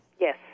Yes